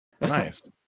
nice